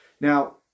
Now